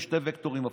עם שני וקטורים הפוכים.